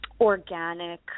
organic